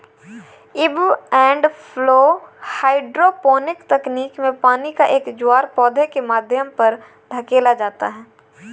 ebb and flow hydroponic तकनीक में पानी का एक ज्वार पौधे के माध्यम पर धकेला जाता है